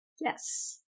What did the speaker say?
yes